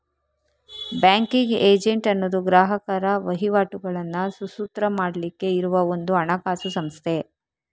banking agent ಅನ್ನುದು ಗ್ರಾಹಕರ ವಹಿವಾಟುಗಳನ್ನ ಸುಸೂತ್ರ ಮಾಡ್ಲಿಕ್ಕೆ ಇರುವ ಒಂದು ಹಣಕಾಸು ಸಂಸ್ಥೆ